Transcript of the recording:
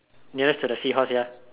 nearest to the seahorse ya